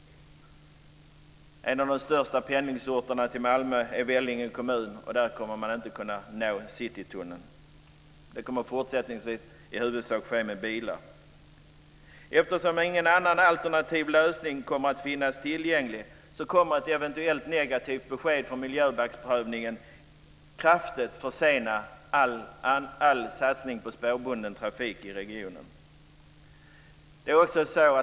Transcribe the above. En av de största pendlingsorterna in till Malmö är Vellinge kommun. Därifrån kommer man inte att nå Citytunneln. Pendlingen kommer fortsättningsvis i huvudsak att ske med hjälp av bilar. Eftersom ingen annan alternativ lösning kommer att finnas tillgänglig kommer ett eventuellt negativt besked från miljöbalksprövningen att kraftigt försena all satsning på spårbunden trafik i regionen.